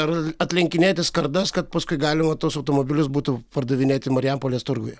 ar atlenkinėti skardas kad paskui galima tuos automobilius būtų pardavinėti marijampolės turguje